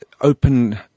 open